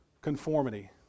conformity